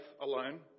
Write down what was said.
alone